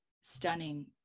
stunning